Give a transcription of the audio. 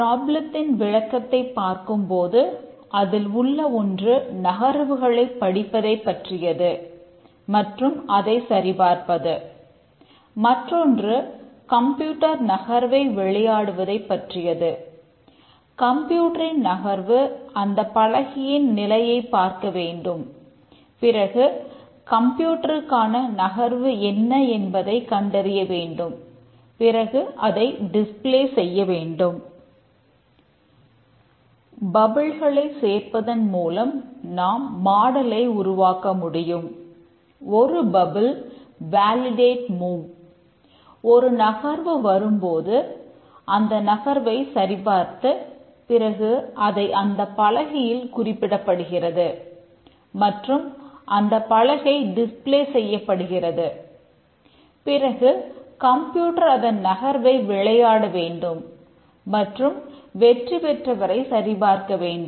ப்ராப்ளத்தின் செய்யவேண்டும்